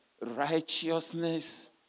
righteousness